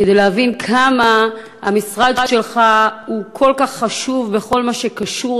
כדי להבין עד כמה המשרד שלך הוא כל כך חשוב בכל מה שקשור